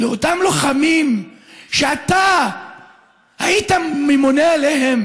לאותם לוחמים, שאתה היית ממונה עליהם